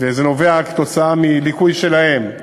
וזה תוצאה מליקוי שלהם,